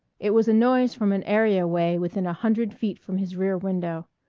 it was a noise from an areaway within a hundred feet from his rear window,